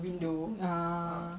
ah